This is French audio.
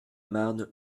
marne